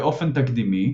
באופן תקדימי,